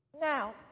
Now